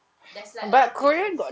there's like a lot of places